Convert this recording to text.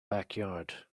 backyard